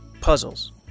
Puzzles